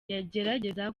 yagerageza